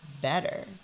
better